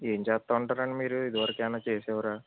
ఏమి చేస్తా ఉంటారు అండి మీరు ఇదివరకు ఏమన్న చేసేవారా